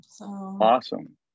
awesome